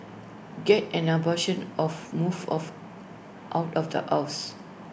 get an abortion of move of out of the house